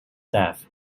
death